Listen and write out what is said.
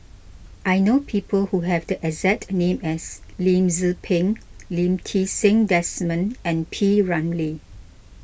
I know people who have the exact name as Lim Tze Peng Lee Ti Seng Desmond and P Ramlee